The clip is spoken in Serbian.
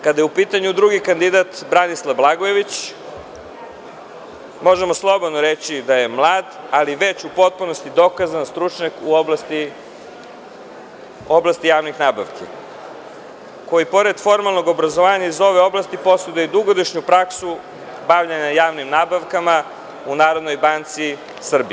Kada je u pitanju drugi kandidat Branislav Blagojević, možemo slobodno reći da je mlad, ali već u potpunosti dokazan stručnjak u oblasti javnih nabavki, koji pored formalnog obrazovanja iz ove oblasti poseduje dugogodišnju praksu bavljenja javnim nabavkama u NBS.